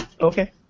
Okay